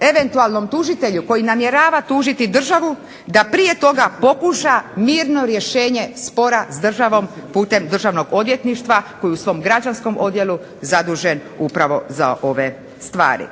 eventualnom tužitelju, koji namjerava tužiti državu, da prije toga pokuša mirno rješenje spora s državom putem Državnog odvjetništva, koji u svom građanskom odjelu zadužen upravo za ove stvari.